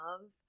love